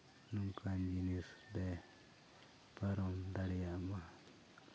ᱱᱚᱝᱠᱟᱱ ᱡᱤᱱᱤᱥ ᱞᱮ ᱯᱟᱨᱚᱢ ᱫᱟᱲᱮᱭᱟᱜ ᱢᱟ